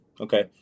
Okay